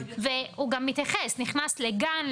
הוא גם מתייחס ספציפית נכנס לגן,